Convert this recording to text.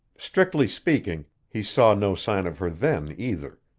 strictly speaking, he saw no sign of her then either,